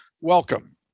Welcome